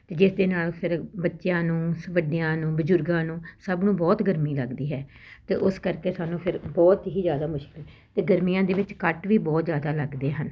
ਜਿਸ ਦੇ ਨਾਲ ਫਿਰ ਬੱਚਿਆਂ ਨੂੰ ਵੱਡਿਆਂ ਨੂੰ ਬਜ਼ੁਰਗਾਂ ਨੂੰ ਸਭ ਨੂੰ ਬਹੁਤ ਗਰਮੀ ਲੱਗਦੀ ਹੈ ਅਤੇ ਉਸ ਕਰਕੇ ਸਾਨੂੰ ਫਿਰ ਬਹੁਤ ਹੀ ਜ਼ਿਆਦਾ ਮੁਸ਼ਕਿਲ ਅਤੇ ਗਰਮੀਆਂ ਦੇ ਵਿੱਚ ਕੱਟ ਵੀ ਬਹੁਤ ਜ਼ਿਆਦਾ ਲੱਗਦੇ ਹਨ